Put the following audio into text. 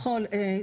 כחול